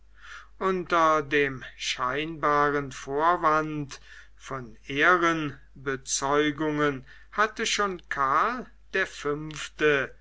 unter dem scheinbaren vorwand von ehrenbezeugungen hatte schon karl der fünfte